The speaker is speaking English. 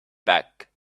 back